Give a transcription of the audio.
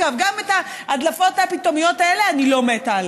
אגב, גם על ההדלפות הפתאומיות האלה אני לא מתה.